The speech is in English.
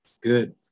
good